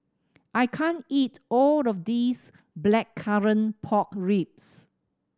I can't eat all of this Blackcurrant Pork Ribs